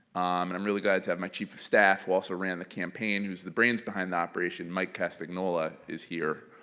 and i'm really glad to have my chief of staff who also ran the campaign who's was the brains behind the operation, mike castagnola is here.